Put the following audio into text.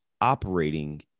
operating